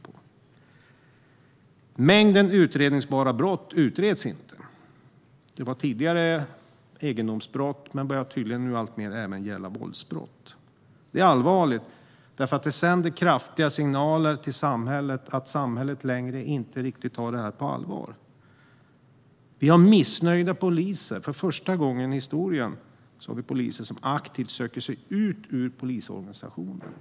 En mängd utredningsbara brott utreds inte. Det gällde tidigare egendomsbrott men börjar tydligen alltmer gälla även våldsbrott. Det är allvarligt, för det sänder kraftiga signaler till medborgarna att samhället inte längre tar det här riktigt på allvar. Vi har missnöjda poliser. För första gången i historien har vi poliser som aktivt söker sig ut ur polisorganisationen.